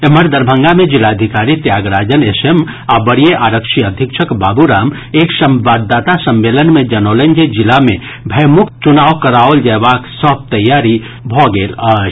एम्हर दरभंगा मे जिलाधिकारी त्यागराजन एस एम आ वरीय आरक्षी अधीक्षक बाबू राम एक संवाददाता सम्मेलन मे जनौलनि जे जिला मे भयमुक्त चुनाव कराओल जयबाक सभ तैयारी भऽ गेल अछि